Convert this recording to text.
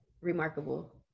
remarkable